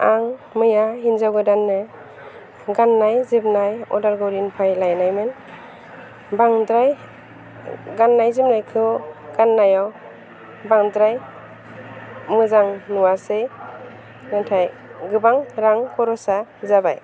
आं मैया हिनजाव गोदाननो गाननाय जोमनाय उदालगुरिनिफ्राय लायनानै बांद्राय गाननाय जोमनायखौ गाननायाव बांद्राय मोजां नुआसै नाथाय गोबां रां खरसा जाबाय